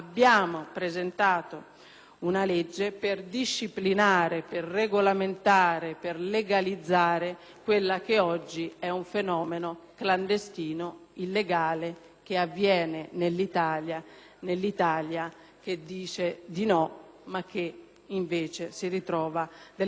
di legge per disciplinare, per regolamentare, per legalizzare quello che oggi è un fenomeno clandestino e illegale, che si verifica nell'Italia che dice di no ma che, invece, si ritrova con persone che muoiono, che